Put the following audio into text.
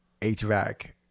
HVAC